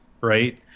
right